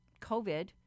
COVID